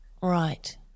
Right